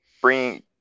bringing